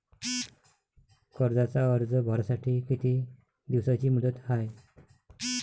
कर्जाचा अर्ज भरासाठी किती दिसाची मुदत हाय?